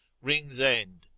Rings-end